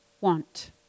want